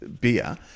beer